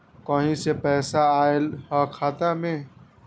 कहीं से पैसा आएल हैं खाता में?